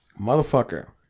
Motherfucker